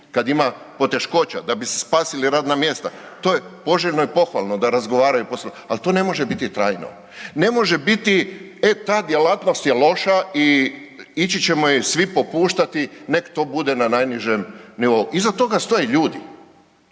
kad ima poteškoća da bi si spasili radna mjesta, to je poželjno i pohvalno da razgovaraju o poslu, ali to ne može biti trajno. Ne može biti e ta djelatnost je loša i ići ćemo je svi popuštati nek to bude na najnižem nivou. Iza toga stoje ljudi.